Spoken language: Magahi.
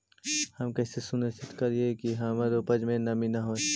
हम कैसे सुनिश्चित करिअई कि हमर उपज में नमी न होय?